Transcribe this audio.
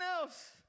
else